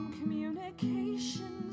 communication